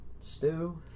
stew